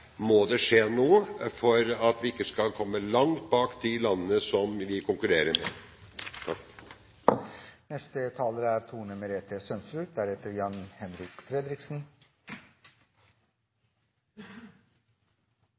må det skje noe for at vi ikke skal komme langt bak de landene vi konkurrerer med. Fullføring av utbygging og drift av nødnettet i hele Fastlands-Norge er